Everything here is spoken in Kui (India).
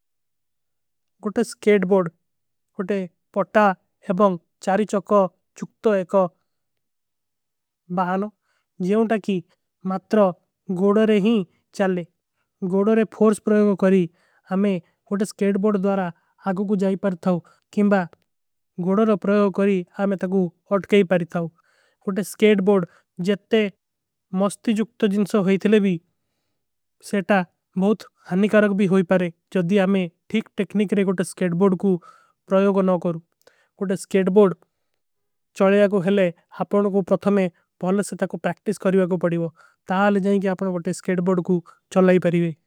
କୋଟେ skateboard କୋଟେ ପୌଟା ଏବଂଗ ଚାରୀ ଚୌକୋ ଚୁକ୍ତୋ ଏକୋ ବହାନୋଂ ଜେଵଂ। ତକି ମତ୍ରୋ ଗୋଡରେ ହୀ ଚଲେ ଗୋଡରେ ଫୋର୍ସ ପ୍ରଯୋଗ କରୀ ହମେଂ କୋଟେ ସ୍କେଟ ବୋର୍ଡ। ଦୌରା ଆଗୋ କୁଛ ଜାଈ ପର ଥାଓ କୋଟେ ସ୍କେଟ ବୋର୍ଡ ଜଟେ ମସ୍ତି ଜୁକ୍ତୋ ଜିନସୋ। ହୋଈ ଥିଲେ ଭୀ ସେଟା ବହୁତ ହନୀ କାରଗ ଭୀ ହୋଈ ପାରେ ଚଦୀ ହମେଂ। ଠୀକ ଟେକ୍ନିକ ରେ କୋଟେ ସ୍କେଟ ବୋର୍ଡ କୋ ପ୍ରଯୋଗ ନାଓ କରୂ କୋଟେ ସ୍କେଟ ବୋର୍ଡ। ଚଲେ ଆଗୋ ଥିଲେ ହମେଂ ପ୍ରତମେଂ ବହୁତ ସେଟା କୋ ପ୍ରାକ୍ଟିସ କରୀ ଆଗୋ ପଡୀ। ହୋ ତାଲ ଜାଏଂ କେ ହମେଂ କୋଟେ ସ୍କେଟ ବୋର୍ଡ କୋ ଚଲାଈ ପରୀଵେ।